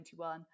2021